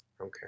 Okay